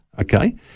okay